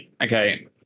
Okay